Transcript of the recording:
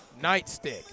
Nightstick